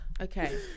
Okay